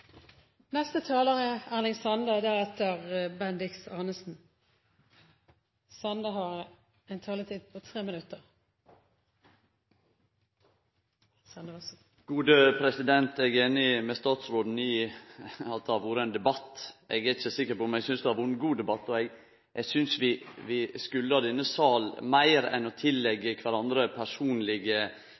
Eg er einig med statsråden i at det har vore ein debatt, men eg er ikkje så sikker på om eg synest det har vore ein god debatt. Eg synest vi skuldar denne salen meir enn å tilleggje kvarandre personlege